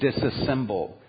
disassemble